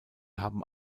haben